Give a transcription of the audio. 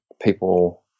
people